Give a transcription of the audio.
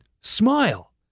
Smile